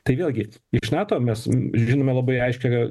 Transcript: tai vėlgi iš nato mes žinome labai aiškią